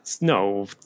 No